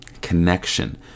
connection